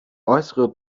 äußere